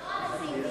לא על הציונים.